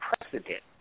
precedent